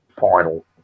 final